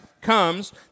comes